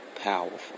powerful